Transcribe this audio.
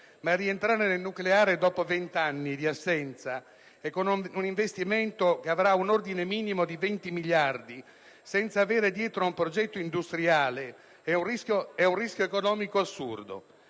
Rientrare nel nucleare dopo 20 anni di assenza, con un investimento che avrà un ordine minimo di 20 miliardi e senza avere dietro un progetto industriale rappresenta però un rischio economico assurdo.